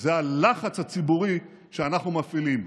זה הלחץ הציבורי שאנחנו מפעילים,